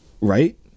Right